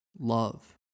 Love